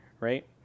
Right